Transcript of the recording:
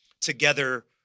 together